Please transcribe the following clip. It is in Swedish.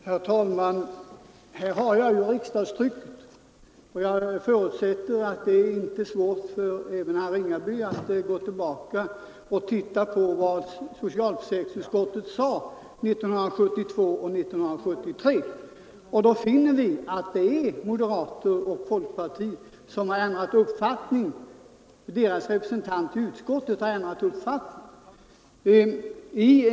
Herr talman! Här har jag riksdagstrycket. Jag förutsätter att det inte är så svårt för herr Ringaby att gå tillbaka och titta vad socialförsäkringsutskottet sade 1972 och 1973. Vi finner då att det är representanter för moderata samlingspartiet och folkpartiet som har ändrat uppfattning.